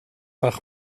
par